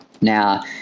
Now